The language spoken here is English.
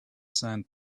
sand